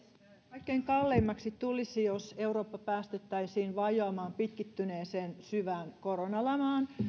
kaikkein kalleimmaksi tulisi jos eurooppa päästettäisiin vajoamaan pitkittyneeseen syvään koronalamaan